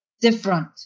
different